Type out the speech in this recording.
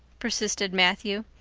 persisted matthew.